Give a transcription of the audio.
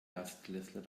erstklässler